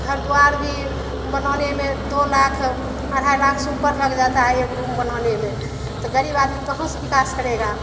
घर दुआर भी बनाने में दो लाख अढ़ाई लाख से ऊपर लग जाता है एक रूम बनाने में तो गरीब आदमी कहाँ से बिकास करेगा